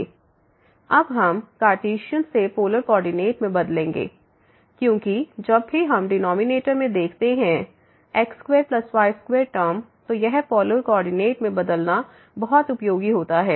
इसलिए अब हम कार्टेशियन से पोलर कोऑर्डिनेट में बदलेंगे क्योंकि जब भी हम डिनॉमिनेटर में देखते हैं x2y2 टर्म तो यह पोलर कोऑर्डिनेट में बदलना बहुत उपयोगी होता है